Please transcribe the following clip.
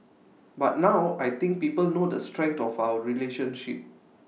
but now I think people know the strength of our relationship